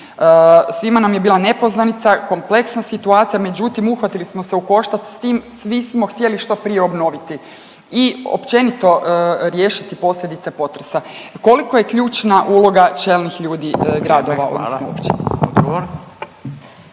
Svima nam je bila nepoznanica, kompleksna situacija međutim uhvatili smo se u koštac s tim, svi smo htjeli što prije obnoviti i općenito riješiti posljedice potresa. Koliko je ključna uloga čelnih ljudi gradova